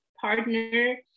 partner